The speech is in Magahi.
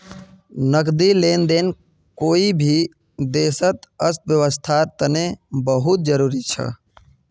नकदी लेन देन कोई भी देशर अर्थव्यवस्थार तने बहुत जरूरी छ